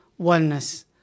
wellness